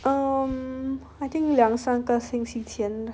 um I think 两三个星期前